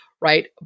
Right